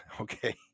Okay